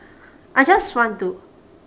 I just want to